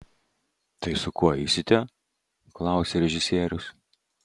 tai su kuo eisite klausia režisierius